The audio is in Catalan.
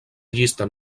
llista